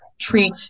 treat